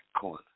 corner